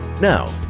Now